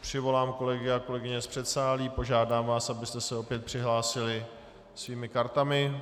Přivolám kolegy a kolegyně z předsálí a požádám vás, abyste se opět přihlásili svými kartami.